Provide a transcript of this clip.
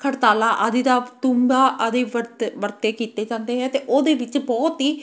ਖੜਤਾਲਾ ਆਦਿ ਦਾ ਤੁੰਬਾ ਆਦਿ ਵਰਤ ਵਰਤੇ ਕੀਤੇ ਜਾਂਦੇ ਹੈ ਅਤੇ ਉਹਦੇ ਵਿੱਚ ਬਹੁਤ ਹੀ